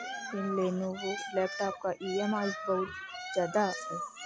इस Lenovo laptop का EMI बहुत ज्यादा है